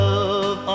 Love